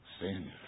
sin